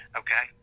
okay